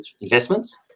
investments